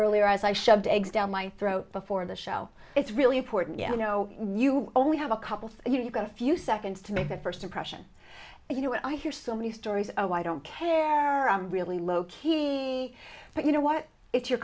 earlier as i shoved eggs down my throat before the show it's really important you know you only have a couple you got a few seconds to make a first impression but you know what i hear so many stories of i don't care really low key but you know what if your